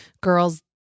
girls